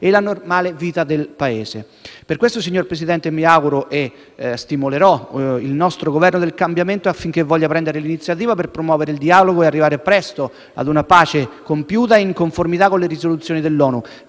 e la normale vita del Paese. Per questo, signor Presidente, mi auguro - e lo stimolerò in tal senso - che il nostro Governo del cambiamento voglia prendere l'iniziativa per promuovere il dialogo e arrivare presto a una pace compiuta, in conformità con le risoluzioni dell'ONU,